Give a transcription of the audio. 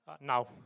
Now